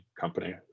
company